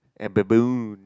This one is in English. a baboon